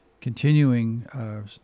continuing